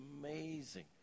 amazing